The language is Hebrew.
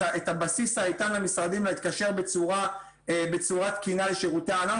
הבסיס האיתן למשרדים להתקשר בצורה תקינה לשירותי הענן.